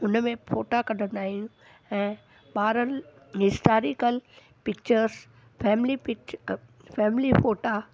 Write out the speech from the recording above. हुनमें फोटा कढंदा आहियूं ऐं ॿारनि historical pictures family pic family फोटा